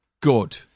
good